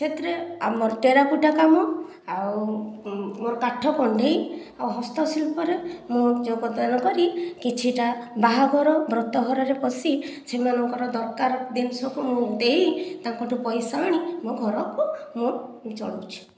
ସେଥିରେ ଆମର ଟେରାକୋଟା କାମ ଆଉ ମୋର କାଠ କଣ୍ଢେଇ ଆଉ ହସ୍ତ ଶିଳ୍ପରେ ମୁଁ ଯୋଗଦାନ କରି କିଛିଟା ବାହାଘର ବ୍ରତ ଘରରେ ପଶି ସେମାନଙ୍କର ଦରକାର ଜିନିଷକୁ ମୁଁ ଦେଇ ତାଙ୍କ ଠାରୁ ପଇସା ଆଣି ମୋ ଘରକୁ ମୁଁ ଚଳଉଛି